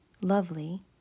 lovely